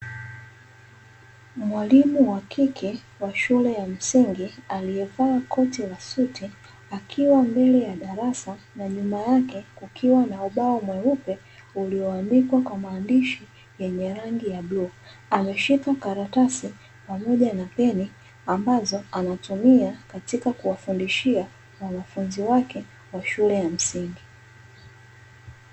Mwalimu wa kike wa shule ya msingi aliyevaa koti la suti, akiwa mbele ya darasa na nyuma yake kukiwa na ubao mweupe, ulioandikwa kwa maandishi yenye rangi ya bluu, ameshika karatasi pamoja na peni ambazo anatumia katika kuwafundishia wanafunzi wake wa shule ya msingi.